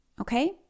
Okay